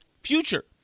future